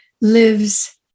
lives